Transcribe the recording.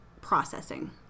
processing